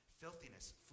filthiness